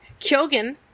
Kyogen